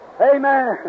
Amen